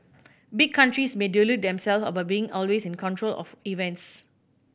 big countries may delude themselves about being always in control of events